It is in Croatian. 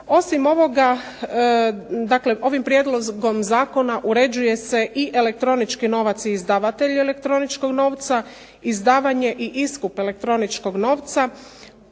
Osim ovoga dakle ovim prijedlogom zakona uređuje se i elektronički novac i izdavatelj elektroničkog novca, izdavanje i iskup elektroničkog novca,